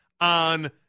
on